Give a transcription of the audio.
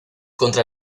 contra